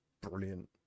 brilliant